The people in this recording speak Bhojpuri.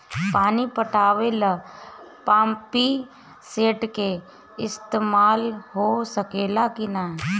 पानी पटावे ल पामपी सेट के ईसतमाल हो सकेला कि ना?